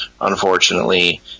unfortunately